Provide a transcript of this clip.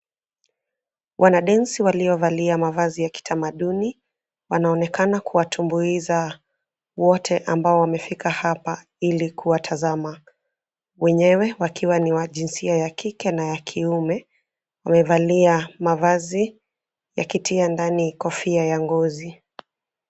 Wanadensi waliovalia mavazi ya kitamaduni, wanaonekana kuwatumbuiza wote ambao wamefika hapa, ili kuwatazama, wenyewe wakiwa ni wa jinsia ya kike na ya kiume, wamevalia mavazi yakitia ndani kofia ya ngozi.